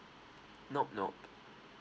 nope nope